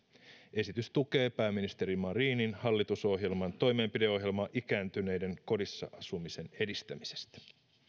esitys tukee pääministeri marinin hallitusohjelman toimenpideohjelmaa ikääntyneiden kodissa asumisen edistämisestä